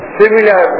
similar